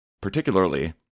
particularly